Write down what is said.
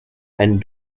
and